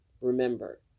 remember